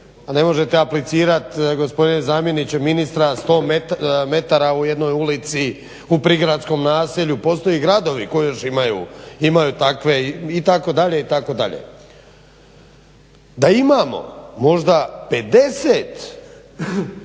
a ne možete aplicirati gospodine zamjeniče ministra sto metara u jednoj ulici u prigradskom naselju, postoje gradovi koji još imaju takve itd., itd. Da imamo možda 50